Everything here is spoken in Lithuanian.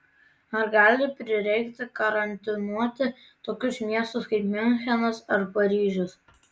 ar gali prireikti karantinuoti tokius miestus kaip miunchenas ar paryžius